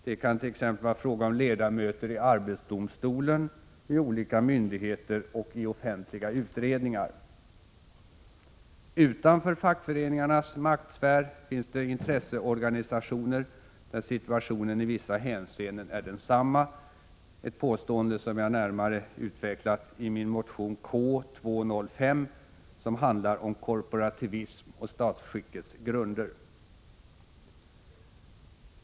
Det kan t.ex. vara fråga om ledamöter i arbetsdomstolen, i olika myndigheter och i offentliga utredningar. Utanför fackföreningarnas maktsfär finns det intresseorganisationer där situationen i vissa hänseenden är densamma, ett påstående som jag närmare utvecklat i min motion K205, som handlar om korporativism och statsskickets grunder.